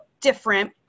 different